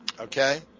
Okay